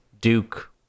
duke